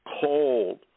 cold